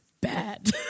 bad